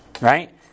Right